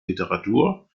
literatur